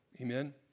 Amen